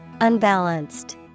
Unbalanced